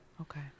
okay